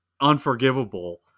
unforgivable